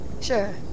Sure